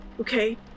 okay